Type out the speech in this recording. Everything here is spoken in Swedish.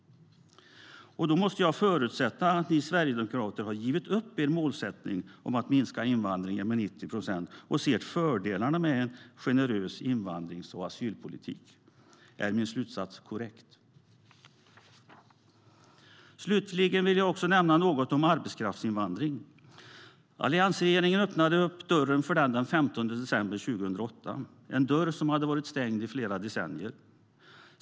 Jag måste då förutsätta att ni sverigedemokrater givit upp er målsättning om att minska invandringen med 90 procent och ser fördelarna med en generös invandrings och asylpolitik. Är min slutsats korrekt? Jag vill också nämna något om arbetskraftsinvandring, som Alliansregeringen öppnade dörren för den 15 december 2008. Det var en dörr som hade varit stängd i flera decennier.